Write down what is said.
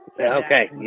Okay